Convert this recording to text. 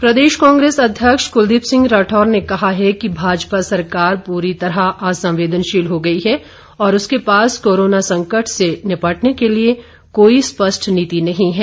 राठौर प्रदेश कांग्रेस अध्यक्ष कुलदीप सिंह राठौर ने कहा है कि भाजपा सरकार पूरी तरह असंवेदनशील हो गई है और उसके पास कोरोना संकट से निपटने के लिए कोई स्पष्ट नीति नहीं है